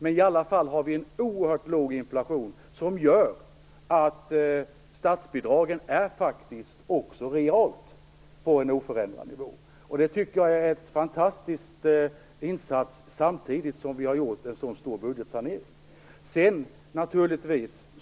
Men vi har ändå en oerhört låg inflation som gör att statsbidragen faktiskt också realt ligger på en oförändrad nivå. Det tycker jag är en fantastisk insats samtidigt som vi har gjort en sådan stor budgetsanering.